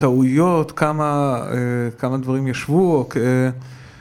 ‫טעויות, כמה דברים יושבו.